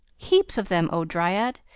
heaps of them, oh, dryad!